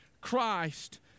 Christ